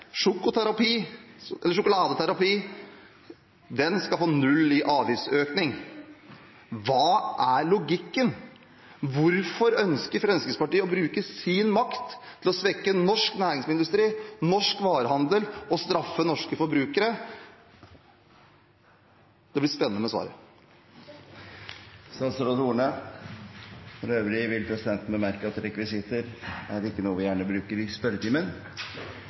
Sjokoladeterapi skal få null i avgiftsøkning. Hva er logikken? Hvorfor ønsker Fremskrittspartiet å bruke sin makt til å svekke norsk næringsmiddelindustri og norsk varehandel og straffe norske forbrukere? Det blir spennende å høre svaret. Presidenten vil bemerke at rekvisitter ikke er noe vi gjerne bruker i spørretimen.